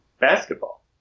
basketball